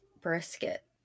brisket